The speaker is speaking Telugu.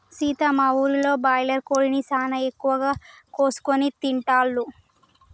సీత మా ఊరిలో బాయిలర్ కోడిని సానా ఎక్కువగా కోసుకొని తింటాల్లు